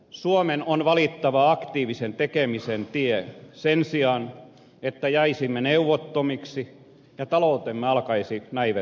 suomen on valittava aktiivisen tekemisen tie sen sijaan että jäisimme neuvottomiksi ja taloutemme alkaisi näivettyä